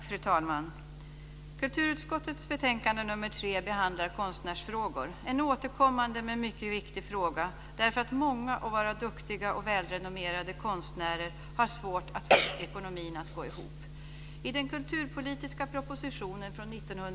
Fru talman! Kulturutskottets betänkande nr 3 behandlar konstnärsfrågor. Det är en återkommande men mycket viktig fråga, därför att många av våra duktiga och välrenommerade konstnärer har svårt att få ekonomin att gå ihop.